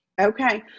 Okay